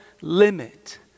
limit